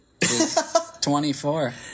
24